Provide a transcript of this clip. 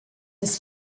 his